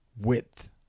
width